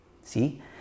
See